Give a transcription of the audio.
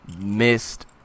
missed